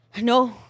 No